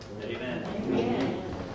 amen